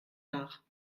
nach